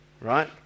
right